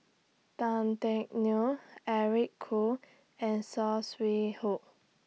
Tan Teck Neo Eric Khoo and Saw Swee Hock